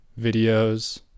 videos